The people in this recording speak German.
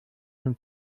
zum